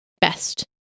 best